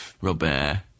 Robert